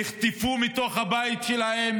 נחטפו מתוך הבית שלהם,